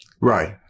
right